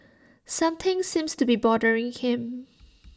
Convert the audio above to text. something seems to be bothering him